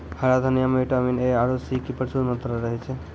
हरा धनिया मॅ विटामिन ए आरो सी के प्रचूर मात्रा रहै छै